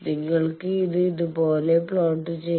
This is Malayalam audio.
നിങ്ങൾക്ക് ഇത് ഇതുപോലെ പ്ലോട്ട് ചെയ്യാം